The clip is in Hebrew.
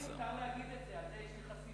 אבל לי מותר להגיד את זה, יש לי חסינות.